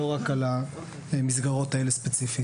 לא רק על המסגרות האלה ספציפית.